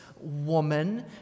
woman